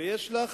לך